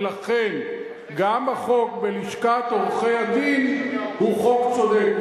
ולכן גם החוק לגבי לשכת עורכי-הדין הוא חוק צודק.